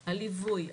הליווי,